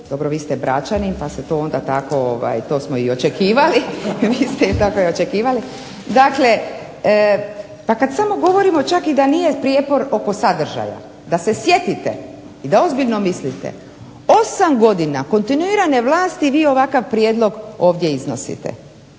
dobro vi ste bračanin pa se to onda tako, to smo i očekivali. Dakle, pa kad samo govorimo čak i da nije prijepor oko sadržaja, da se sjetite i da ozbiljno mislite 8 godina kontinuirane vlasti i vi ovakav prijedlog ovdje iznosite.